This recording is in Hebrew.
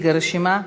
נציג הרשימה,